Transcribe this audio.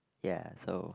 ya so